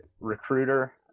recruiter